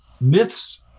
myths